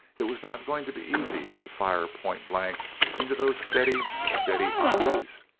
it was not going to be easy to fire pointblank into those steady, steady eyes.